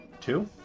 two